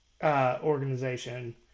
Organization